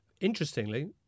Interestingly